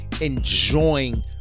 enjoying